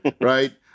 right